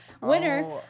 winner